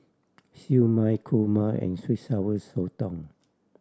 Siew Mai kurma and sweet Sour Sotong